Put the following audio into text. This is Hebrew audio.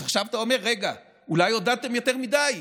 אז עכשיו אתה אומר: רגע, אולי עודדתם יותר מדי?